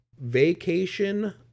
vacation